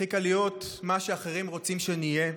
הכי קל להיות מה שאחרים רוצים שנהיה.